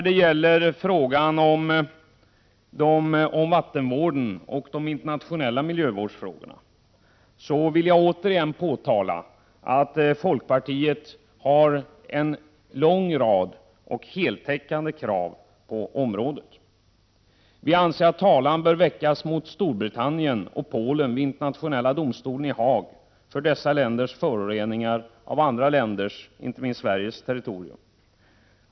Jag vill återigen framhålla att folkpartiet har en lång rad heltäckande krav när det gäller vattenvården och de internationella miljövårdsfrågorna. e Talan bör väckas mot Storbritannien och Polen vid Internationella domstolen i Haag för dessa länders föroreningar av andra länders, inte minst Sveriges, territorium.